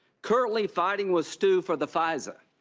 currently fighting with stu for the fisa.